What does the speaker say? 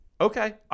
okay